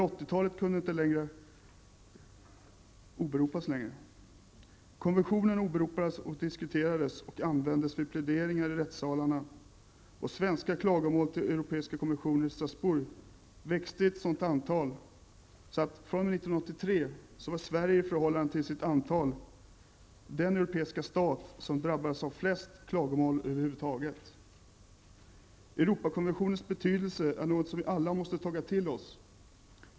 Konventionen åberopades och diskuterades och användes vid pläderingar i rättssalarna, och svenska klagomål till europeiska kommissionen i var Sverige i förhållande till invånarantalet den europeiska stat som drabbats av flest klagomål över huvud taget. Europakonventionens betydelse är något som vi alla måste ta till oss.